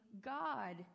God